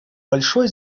большое